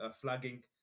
flagging